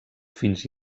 fins